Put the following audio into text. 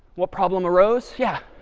what problem arose? yeah.